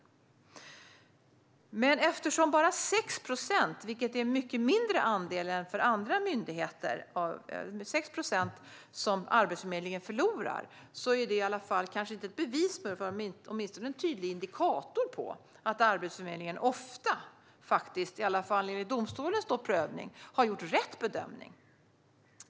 Att Arbetsförmedlingen bara förlorar i 6 procent av fallen, vilket är en mycket mindre andel än för andra myndigheter, är kanske inte ett bevis för men åtminstone en tydlig indikator på att Arbetsförmedlingen faktiskt ofta - i alla fall enligt domstolens prövning - har gjort rätt bedömning.